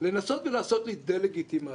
לנסות ולעשות לי דה-לגיטימציה,